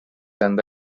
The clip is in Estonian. enda